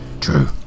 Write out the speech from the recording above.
True